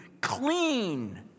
clean